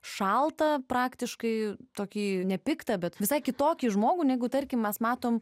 šaltą praktiškai tokį nepiktą bet visai kitokį žmogų negu tarkim mes matome